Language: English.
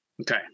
Okay